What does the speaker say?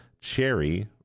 Cherry